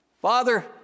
Father